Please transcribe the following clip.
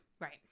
right